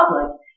public